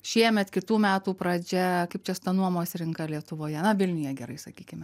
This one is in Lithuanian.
šiemet kitų metų pradžia kaip čia su ta nuomos rinka lietuvoje na vilniuje gerai sakykime